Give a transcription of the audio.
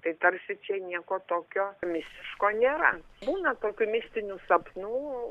tai tarsi čia nieko tokio mistiško nėra būna tokių mistinių sapnų